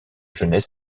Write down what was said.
jeunesse